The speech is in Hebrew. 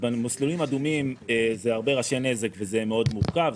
במסלולים אדומים זה הרבה ראשי נזק וזה מאוד מורכב,